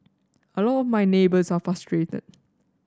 a lot of my neighbours are frustrated